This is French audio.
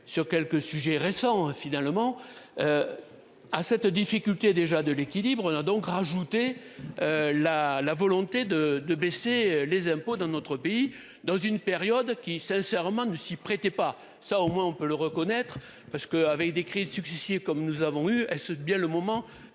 sur quelques sujets récents finalement. À cette difficulté déjà de l'équilibre a donc rajouté. La, la volonté de, de baisser les impôts dans notre pays dans une période qui, sincèrement, ne s'y prêtait pas ça au moins on peut le reconnaître parce que avec des crises successives. Comme nous avons eu, est-ce bien le moment